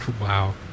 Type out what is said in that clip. Wow